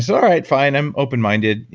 so all right, fine. i'm open minded.